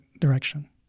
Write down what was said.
direction